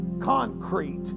Concrete